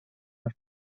for